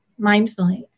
mindfully